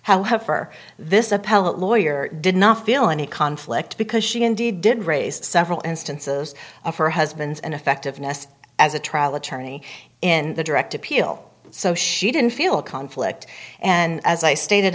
for this appellate lawyer did not feel any conflict because she indeed did raise several instances of her husband's ineffectiveness as a trial attorney in the direct appeal so she didn't feel conflict and as i stated